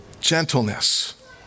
gentleness